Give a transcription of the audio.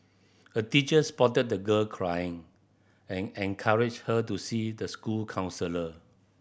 a teacher spotted the girl crying and encouraged her to see the school counsellor